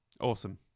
Awesome